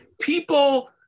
people